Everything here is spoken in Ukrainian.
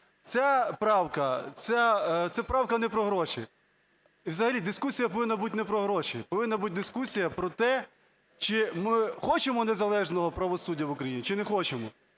ця правка не про гроші. І взагалі дискусія повинна бути не про гроші. Повинна бути дискусія про те, чи ми хочемо незалежного правосуддя в Україні чи не хочемо.